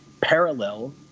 parallel